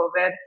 COVID